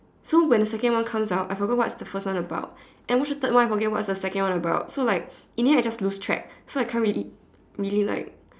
so when the second one comes out I forgot what's the first one about and I watch the third one I forgot what's the second one about so like in the end I just lose track so I can't really really like